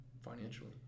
financially